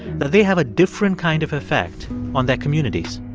that they have a different kind of effect on their communities?